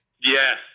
Yes